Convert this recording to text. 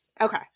Okay